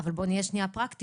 אבל בוא נהיה שנייה פרקטיים.